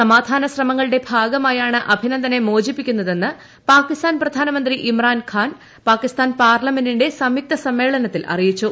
സമാധാന ശ്രമങ്ങളുടെ ഭാഗമായാണ് അഭിനന്ദിനെ മോചിപ്പിക്കുന്നതെന്ന് പാകിസ്ഥാൻ പ്രധാനമന്ത്രി ഇമ്രാൻഖാൻ പാകിസ്ഥാൻ പാർലമെന്റിന്റെ സംയുക്ത സമ്മേളനത്തിൽ അറിയിച്ചു